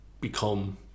become